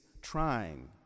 trying